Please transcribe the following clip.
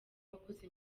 wakoze